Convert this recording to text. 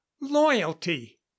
loyalty